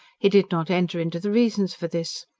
he did not enter into the reasons for this.